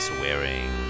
wearing